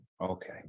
okay